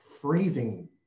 freezing